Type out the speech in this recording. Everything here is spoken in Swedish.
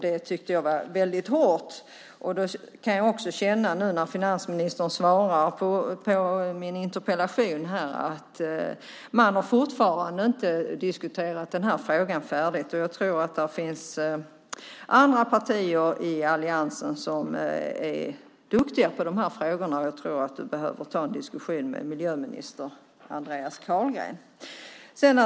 Det tyckte jag var väldigt hårt, och när finansministern nu svarar på min interpellation kan jag känna att man fortfarande inte har diskuterat frågan färdigt. Det finns andra partier i alliansen som är duktiga på dessa frågor, och jag tror att du behöver ta en diskussion med miljöminister Andreas Carlgren.